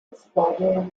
custode